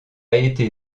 été